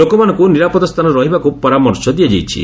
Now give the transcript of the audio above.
ଲୋକମାନଙ୍କୁ ନିରାପଦସ୍ଥାନରେ ରହିବାକୁ ପରାମର୍ଶ ଦିଆଯାଇଛି